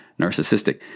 narcissistic